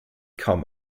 kaum